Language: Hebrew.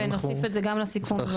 ונוסיף את זה גם לסיכום בבקשה.